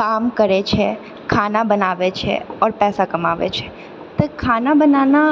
काम करैत छै खाना बनाबै छै आओर पैसा कमाबै छै तऽ खाना बनाना